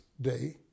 day